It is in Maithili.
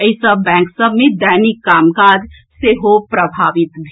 एहि सँ बैंक सभ मे दैनिक काम काज सेहो प्रभावित भेल